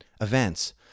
events